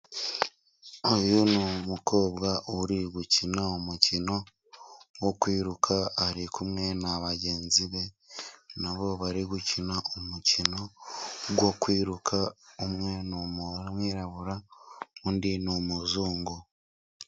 Uyu ni umukobwa uri gukina umukino wo kwiruka ari kumwe na bagenzi be, nabo bari gukina umukino wo kwiruka umwe wirabura undi ni umuzungu.